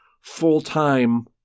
full-time